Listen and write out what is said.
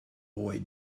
boy